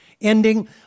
Ending